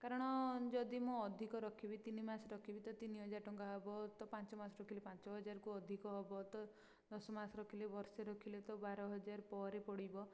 କାରଣ ଯଦି ମୁଁ ଅଧିକ ରଖିବି ତିନି ମାସ ରଖିବି ତ ତିନି ହଜାର ଟଙ୍କା ହେବ ତ ପାଞ୍ଚ ମାସ ରଖିଲେ ପାଞ୍ଚ ହଜାରକୁ ଅଧିକ ହେବ ତ ଦଶ ମାସ ରଖିଲେ ବର୍ଷେ ରଖିଲେ ତ ବାର ହଜାର ପରେ ପଡ଼ିବ